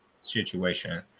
situation